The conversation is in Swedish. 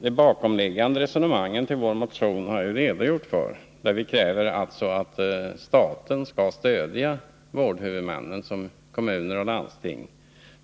Det resonemang som ligger bakom vår motion har jag redogjort för. Vi kräver att staten skall stödja vårdhuvudmännen —- kommuner och landsting.